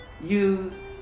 use